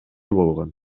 болгон